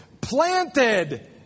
planted